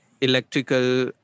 electrical